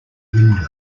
window